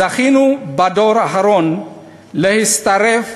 זכינו בדור האחרון להצטרף